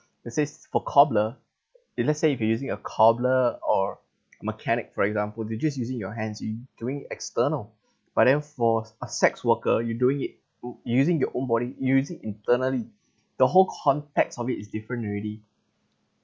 it says for cobbler it let's say if you are using a cobbler or mechanic for example they just using your hands in doing external but then for sex worker you doing it wou~ using your own body use it internally the whole contexts of it is different already